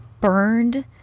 burned